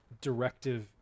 directive